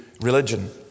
religion